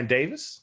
Davis